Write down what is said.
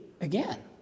again